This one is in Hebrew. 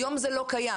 היום זה לא קיים.